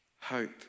hope